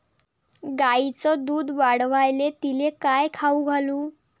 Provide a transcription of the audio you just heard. गायीचं दुध वाढवायले तिले काय खाऊ घालू?